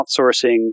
outsourcing